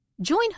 Join